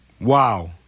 Wow